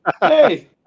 hey